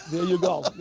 there you go.